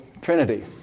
trinity